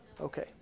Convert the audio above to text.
Okay